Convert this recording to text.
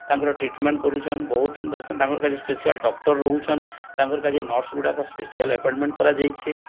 ତାଙ୍କର ଟ୍ରିଟମେଣ୍ଟ୍ କରୁଛନ୍ତି ବହୁତ ସୁନ୍ଦର ସୁନ୍ଦର ତାଙ୍କ ପାଇଁ ସ୍ପେସିଆଲ୍ ଡକ୍ଟର ରହୁଛନ୍ତି ତାଙ୍କ ପାଇଁ ନର୍ସ୍ଗୁଡ଼ାକ ସ୍ପେସିଆଲ୍ ଏପଏଣ୍ଟମେଣ୍ଟ୍ କରାଯାଇଛି